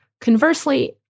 Conversely